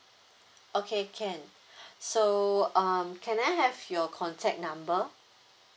okay can so um can I have your contact number